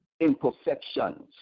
imperfections